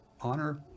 honor